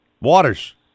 Waters